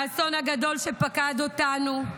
האסון הגדול שפקד אותנו,